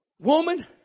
Woman